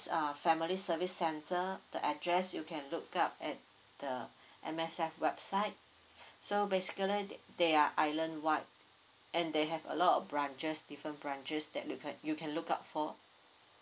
uh family service centre the address you can look up at the M_S_F website so basically they they're island wide and they have a lot of branches different branches that you can you can look out for